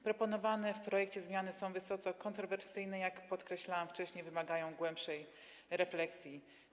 Proponowane w projekcie zmiany są wysoce kontrowersyjne i, jak podkreślałam wcześniej, wymagają głębszej refleksji.